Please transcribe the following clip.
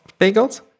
bagels